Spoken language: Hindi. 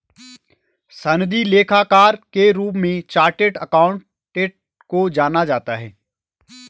सनदी लेखाकार के रूप में चार्टेड अकाउंटेंट को जाना जाता है